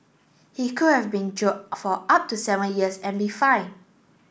he could have been jailed for up to seven years and be fined